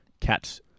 Cats